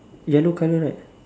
yellow colour right